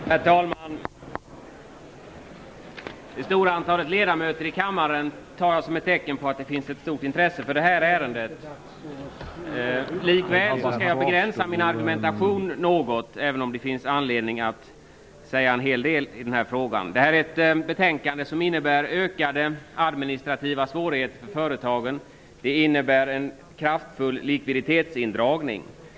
Herr talman! Det stora antalet ledamöter i kammaren tar jag som ett tecken på att det finns ett stort intresse för detta ärende. Likväl skall jag begränsa min argumentation något, även om det finns anledning att säga en hel del i denna fråga. Förslagen i betänkandet innebär ökade administrativa svårigheter för företagen. De innebär en kraftfull likviditetsindragning.